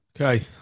Okay